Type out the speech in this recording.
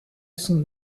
son